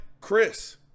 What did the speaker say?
Chris